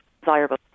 desirable